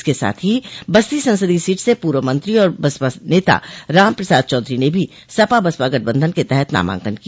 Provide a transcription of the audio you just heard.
इसके साथ ही बस्तो संसदीय सीट से पूर्व मंत्री और बसपा नेता राम प्रसाद चौधरी ने भी सपा बसपा गठबंधन के तहत नामांकन किया